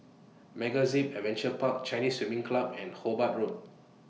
MegaZip Adventure Park Chinese Swimming Club and Hobart Road